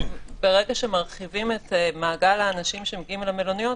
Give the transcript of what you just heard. ברגע שמרחיבים את מעגל האנשים שבאים למלוניות,